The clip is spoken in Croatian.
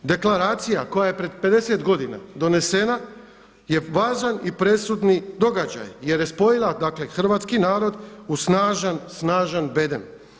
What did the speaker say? Deklaracija koja je pred 50 godina donesena je važan i presudni događaj jer je spojila dakle hrvatski narod u snažan, snažan bedem.